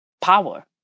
power